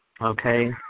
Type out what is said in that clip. Okay